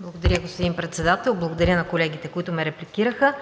Благодаря, господин Председател. Благодаря на колегите, които ме репликираха.